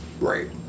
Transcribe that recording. right